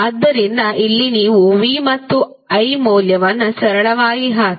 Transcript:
ಆದ್ದರಿಂದ ಇಲ್ಲಿ ನೀವು V ಮತ್ತು I ಮೌಲ್ಯವನ್ನು ಸರಳವಾಗಿ ಹಾಕಿದರೆ